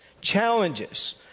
Challenges